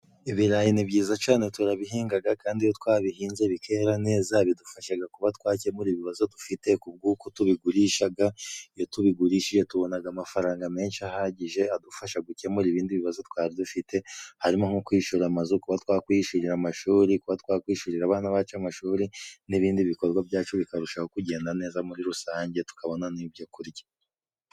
Ibirayi ni byiza cane turabihingaga kandi iyo twabihinze bikera neza bidufashaga kuba twakemura ibibazo dufite ku bw'uko tubigurishaga iyo tubigurishije tubonaga amafaranga menshi ahagije adufasha gukemura ibindi bibazo twari dufite harimo nko kwishura amazu, kuba twakwishurira amashuri, kuba twakwishurira abana bacu amashuri n'ibindi bikorwa byacu bikarushaho kugenda neza muri rusange tukabona n'ibyo kurya.